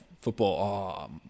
football